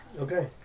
Okay